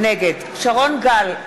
נגד שרון גל,